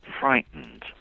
frightened